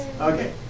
okay